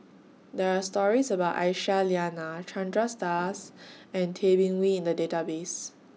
There Are stories about Aisyah Lyana Chandra Das and Tay Bin Wee in The Database